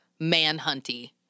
manhunty